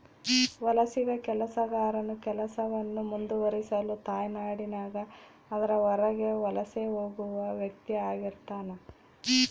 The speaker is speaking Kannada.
ವಲಸಿಗ ಕೆಲಸಗಾರನು ಕೆಲಸವನ್ನು ಮುಂದುವರಿಸಲು ತಾಯ್ನಾಡಿನಾಗ ಅದರ ಹೊರಗೆ ವಲಸೆ ಹೋಗುವ ವ್ಯಕ್ತಿಆಗಿರ್ತಾನ